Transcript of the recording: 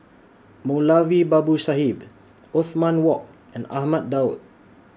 Moulavi Babu Sahib Othman Wok and Ahmad Daud